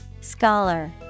Scholar